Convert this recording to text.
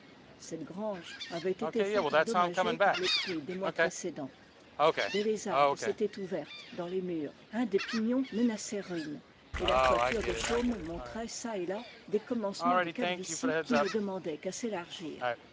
cette grange avait été fort endommagée par les pluies des mois précédents des lézardes s'étaient ouvertes dans les murs un des pignons menaçait ruine et la toiture de chaume montrait çà et là des commencements de calvitie qui ne demandaient qu'à